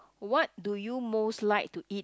what do you most like to eat